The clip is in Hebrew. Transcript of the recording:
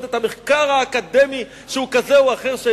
את המחקר האקדמי שהוא כזה או אחר,